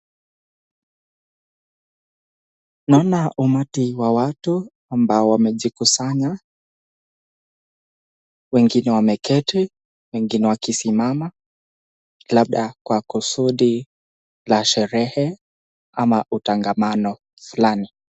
Naona umati wa watu ambao wamejikusanya. Wengine wameketi, wengine wakisimama labda kwa kusudi la sherehe ama utangamano fulani.